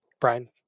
brian